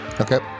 Okay